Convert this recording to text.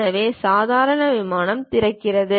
எனவே சாதாரண விமானம் திறக்கிறது